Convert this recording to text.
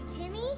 Jimmy